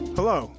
Hello